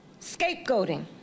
scapegoating